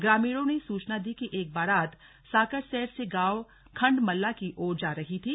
ग्रामीणों ने सूचना दी कि एक बारात साँकरसैंण से गांव खंडमल्ला की ओर जा रही थी